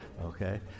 Okay